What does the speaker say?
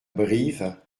brive